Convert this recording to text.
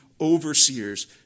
overseers